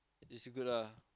it's good lah